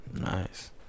Nice